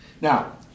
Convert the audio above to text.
Now